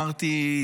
אמרתי,